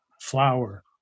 Flower